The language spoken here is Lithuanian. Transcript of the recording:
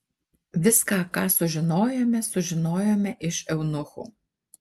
viską ką sužinojome sužinojome iš eunuchų